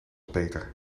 beter